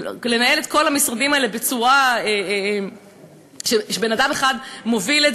לנהל את כל המשרדים האלה בצורה שבן-אדם אחד מוביל?